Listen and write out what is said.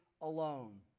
alone